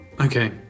Okay